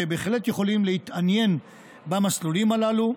שבהחלט יכולים להתעניין במסלולים הללו.